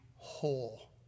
whole